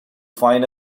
find